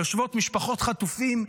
יושבות משפחות חטופים פעמיים,